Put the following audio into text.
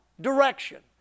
direction